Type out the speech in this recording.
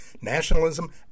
nationalism